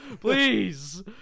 Please